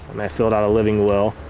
and i filled out a living will.